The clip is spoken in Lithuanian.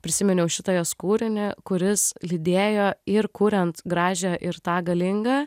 prisiminiau šitą jos kūrinį kuris lydėjo ir kuriant gražią ir tą galingą